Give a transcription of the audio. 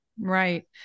Right